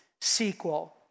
sequel